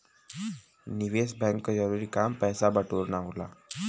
निवेस बैंक क जरूरी काम पैसा बटोरना होला